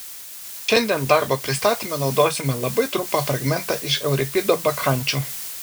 šiandien darbo pristatyme naudosime labai trumpą fragmentą iš euripido bakchančių